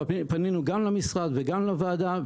פנינו גם למשרד וגם לוועדה,